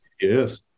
yes